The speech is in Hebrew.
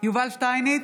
יובל שטייניץ,